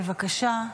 בבקשה,